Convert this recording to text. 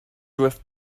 with